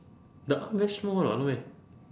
the arm very small lah not meh